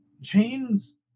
Chains